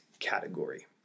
category